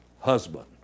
husband